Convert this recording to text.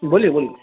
بولیے بولیے